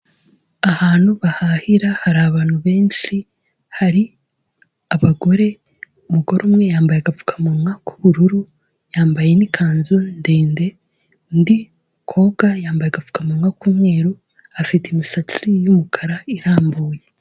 Ahantu bahahira hari abantu benshi hari abagore, umugore umwe yambaye agapfukamunwa k'ubururu yambaye n'ikanzu ndende, undi mukobwa yambaye agapfukamunwa k'umweru, afite imisatsi y'umukara irambuye.